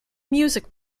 music